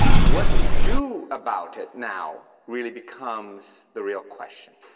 what we do about it now really becomes the real question.